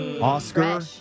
Oscar